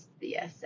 Yes